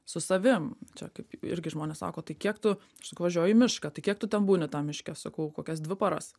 su savim čia kaip irgi žmonės sako tai kiek tu aš sakau važiuoju į mišką tai kiek tu ten būni tam miške sakau kokias dvi paras